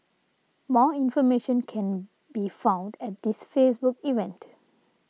more information can be found at this Facebook event